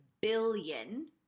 billion